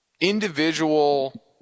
individual